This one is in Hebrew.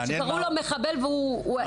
קראו לו "מחבל" והוא בכה.